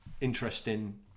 interesting